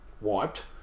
Wiped